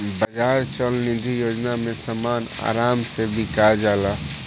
बाजार चल निधी योजना में समान आराम से बिका जाला